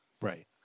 Right